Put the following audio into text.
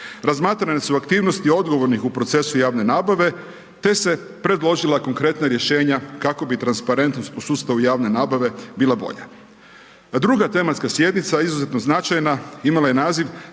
Razmatrane su aktivnosti odgovornih u procesu javne nabave te se predložila konkretna rješenja kako bi transparentnost u sustavu javne nabave bila bolja. Druga tematska sjednica, izuzetno značajna, imala je naziv